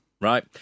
Right